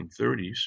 1930s